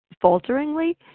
falteringly